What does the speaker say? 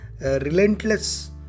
relentless